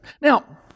now